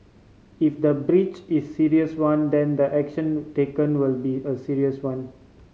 if the breach is serious one then the action taken will be a serious one